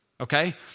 okay